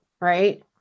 Right